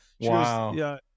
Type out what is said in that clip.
Wow